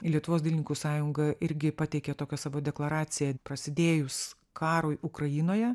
lietuvos dailininkų sąjunga irgi pateikė tokią savo deklaraciją prasidėjus karui ukrainoje